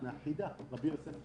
מהמשבר הזה, הבריאותי